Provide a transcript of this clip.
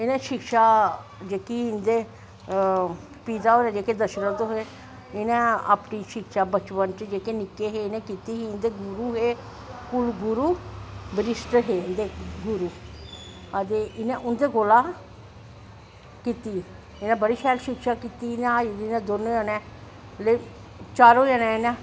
इनैं शिक्षा जेह्ड़े इंदे पिता होर जेह्के दशरत हे उनें अपनी शिक्षा जेह्के निक्के हे इनैं कीती इंदे गुरु हे कुल गुरु युदिश्टर हे इंदे गुरु ते इनैं उंदै कोला दा कीती इनैं बड़ी शैल शिक्षा कीती दोनों जनें चारों जनें इनें